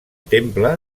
temple